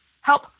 help